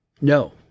No